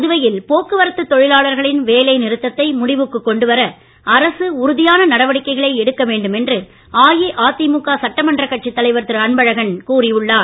புதுவையில் போக்குவரத்து தொழிலாளர்களின் வேலை நிறுத்தத்தை முடிவிற்கு கொண்டு வர அரசு உறுதியான நடவடிக்கைகளை எடுக்க வேண்டும் என்று அஇஅதிமுக சட்டமன்றக் கட்சி தலைவர் திரு அன்பழகன் கூறி உள்ளார்